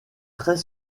très